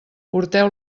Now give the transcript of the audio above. porteu